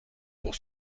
pour